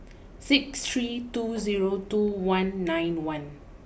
six three two zero two one nine one